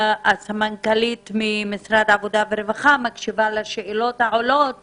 הסמנכ"לית ממשרד העבודה והרווחה מקשיבה לשאלות שעולות